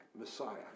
Messiah